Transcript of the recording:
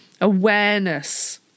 awareness